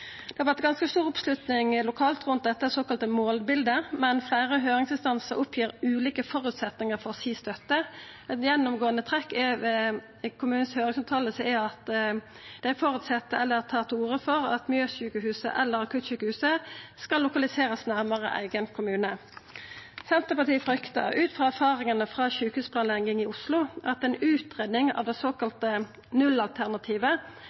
Det har vore ganske stor oppslutning lokalt rundt dette såkalla målbildet, men fleire høyringsinstansar oppgir ulike føresetnader for støtta si. Eit gjennomgåande trekk ved høyringsfråsegnene til kommunane er at dei føreset eller tar til orde for at Mjøssjukehuset eller akuttsjukehuset skal lokaliserast nærmare eigen kommune. Senterpartiet fryktar, ut frå erfaringane frå sjukehusplanlegginga i Oslo, at ei utgreiing av det såkalla nullalternativet